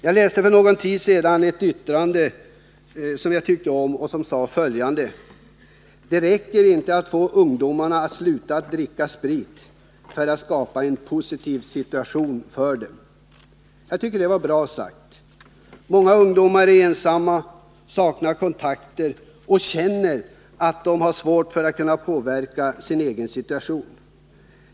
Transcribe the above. Jag läste för någon tid sedan ett yttrande som jag tyckte mycket om och som löd: ”Det räcker inte att få ungdomarna att sluta dricka sprit för att skapa en positiv situation för dem.” Det var bra sagt. Många ungdomar är ensamma, saknar kontakter och känner att de har svårt att påverka sin egen situation.